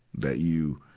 that you,